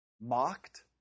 mocked